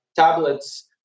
tablets